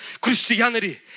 Christianity